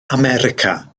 america